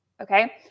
okay